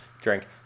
Drink